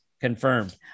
confirmed